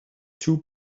two